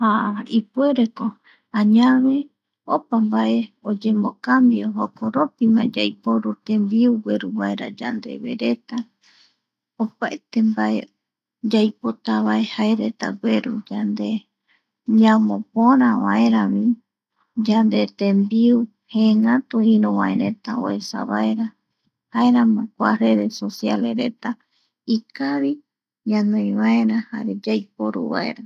Jaa ipuereko, añave opa mbae oyemocambio jokoropima yaiporu tembiu gueru vaera yandevereta, opaete mbae yaipotavae jaereta gueru yande ñamopöra vaera yande tembiu jëëngatu iru vaereta oesa vaera jaeramo kua redes sociales reta ikavi ñanoi vaera jare yaiporuvaera.